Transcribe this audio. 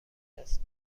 دست